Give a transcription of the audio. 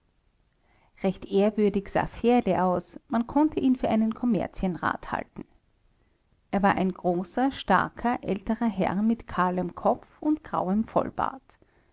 recht ehrwürdig sah fährle aus man konnte ihn für einen kommerzienrat halten er war ein großer starker älterer herr mit kahlem kopf und grauem vollbart